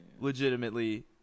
legitimately